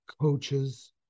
coaches